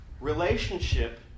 relationship